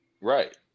Right